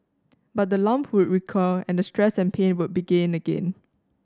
but the lump would recur and the stress and pain would begin again